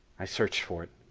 i searched for it,